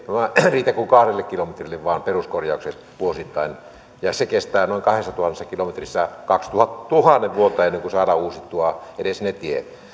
riitä kuin kahdelle kilometrille vain peruskorjaukset vuosittain ja se kestää noin kahdessatuhannessa kilometrissä tuhannen vuotta ennen kuin saadaan uusittua edes ne tiet